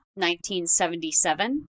1977